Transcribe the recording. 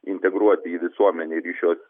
integruoti į visuomenę ir iš jos